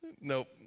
Nope